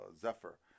Zephyr